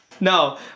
No